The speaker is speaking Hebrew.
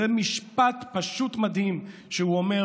זה משפט פשוט מדהים שהוא אומר